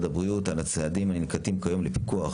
הבריאות על הצעדים הננקטים כיום לפיקוח,